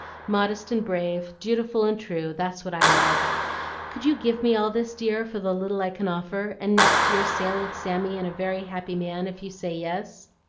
modest and brave, dutiful and true, that's what i love could you give me all this, dear, for the little i can offer, and next year sail with sammy and a very happy man if you say yes?